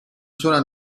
sola